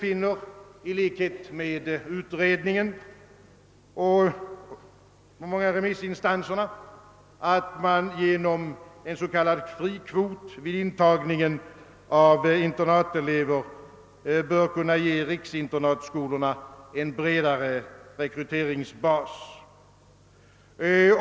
I likhet med utredningen finner vi och de många remissinstanserna att man genom s.k. fri kvot vid intagningen av internatelever bör kunna ge riksinternatskolorna en bredare rekryteringsbas.